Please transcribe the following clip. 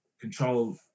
control